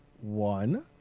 one